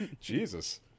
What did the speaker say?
Jesus